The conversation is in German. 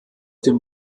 dem